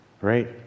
right